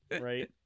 Right